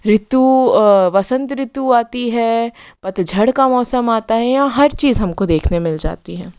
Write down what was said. ऋतु वसंत ऋतु आती है पतझड़ का मौसम आता है यहाँ हर चीज़ हम को देखने को मिल जाती है